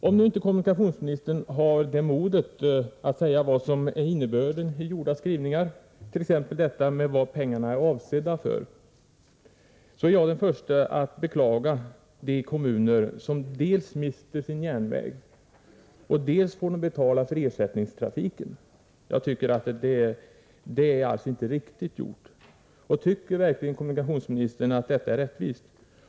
Om nu inte kommunikationsministern har mod att säga vad som är innebörden i dessa skrivningar, t.ex. när det gäller vad pengarna är avsedda för, är jag den förste att beklaga de kommuner som dels mister sin järnväg, dels får betala för ersättningstrafiken. Det är alltså inte riktigt gjort. Tycker kommunikationsministern verkligen att detta är rättvist?